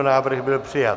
Návrh byl přijat.